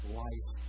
life